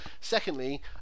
Secondly